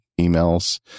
emails